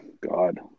God